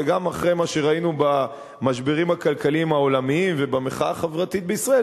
וגם אחרי מה שראינו במשברים הכלכליים העולמיים ובמחאה החברתית בישראל,